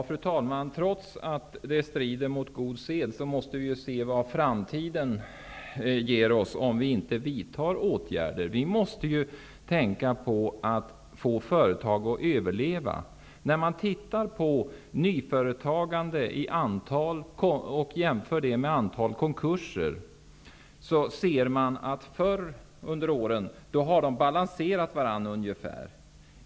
Fru talman! Trots att det strider mot god redovisningssed måste vi se på vad framtiden ger oss, om vi inte vidtar åtgärder. Vi måste tänka på att få företag att överleva. När man jämför antalet nya företag med antalet konkurser finner man att de förr om åren ungefär balanserade varandra.